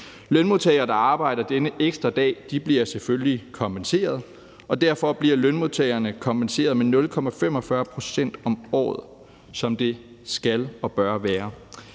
Lønmodtagere, der arbejder denne ekstra dag, bliver selvfølgelig kompenseret, og de bliver kompenseret med 0,45 pct. om året, sådan som det skal og bør være.